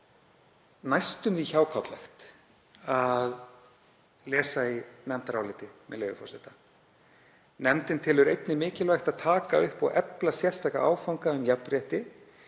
næstum því hjákátlegt að lesa í nefndaráliti, með leyfi forseta: „Nefndin telur einnig mikilvægt að taka upp og efla sérstaka áfanga um jafnrétti,